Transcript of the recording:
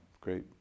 great